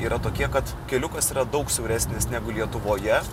yra tokie kad keliukas yra daug siauresnis negu lietuvoje